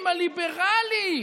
הליברלים,